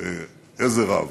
עזר רב.